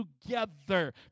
together